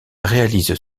réalise